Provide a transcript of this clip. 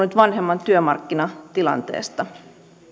nyt vanhemman työmarkkinatilanteesta